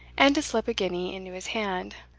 and to slip a guinea into his hand.